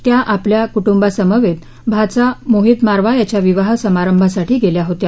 त्या आपल्या कुटुंबासमवेत भाचा मोहित मारवा याच्या विवाह समारभासाठी गेल्या होत्या